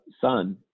son